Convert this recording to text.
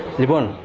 need one